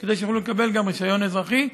כדי שיוכלו לקבל גם רישיון אזרחי.